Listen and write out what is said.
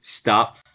stop